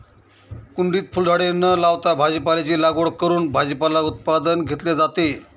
कुंडीत फुलझाडे न लावता भाजीपाल्याची लागवड करून भाजीपाला उत्पादन घेतले जाते